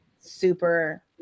super